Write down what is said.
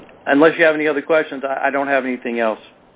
and unless you have any other questions i don't have anything else